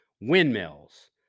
windmills